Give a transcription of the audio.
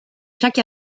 chaque